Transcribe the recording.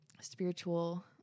spiritual